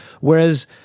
Whereas